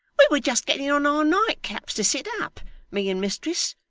we were just getting on our nightcaps to sit up me and mistress.